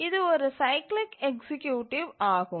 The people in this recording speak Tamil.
இது ஒரு சைக்கிளிக் எக்சீக்யூட்டிவ் ஆகும்